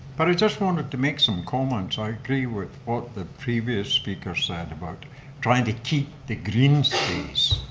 but i just wanted to make some comments. i agree with what the previous speaker said about trying to keep the green space.